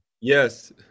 Yes